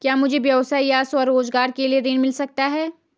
क्या मुझे व्यवसाय या स्वरोज़गार के लिए ऋण मिल सकता है?